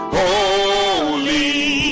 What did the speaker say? holy